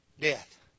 death